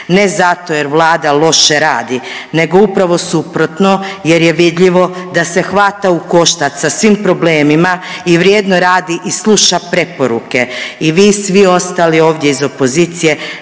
ne zato jer Vlada loše radi nego upravo suprotno jer je vidljivo da se hvata u koštac sa svim problemima i vrijedno radi i sluša preporuke i vi svi ostali ovdje iz opozicije